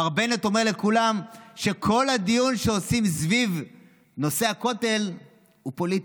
מר בנט אומר לכולם שכל הדיון שעושים סביב נושא הכותל הוא פוליטי.